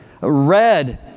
red